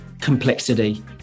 complexity